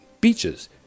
beaches